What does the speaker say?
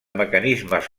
mecanismes